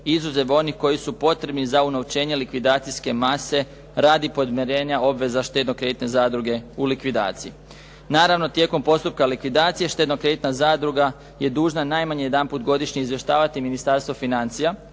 izuzev onih koji su potrebni za unovčenje likvidacijske mase radi podmirenja obveza štedno-kreditne zadruge u likvidaciji. Naravno tijekom postupka likvidacije štedno-kreditna zadruga je dužna najmanje jedanput godišnje izvještavati Ministarstvo financija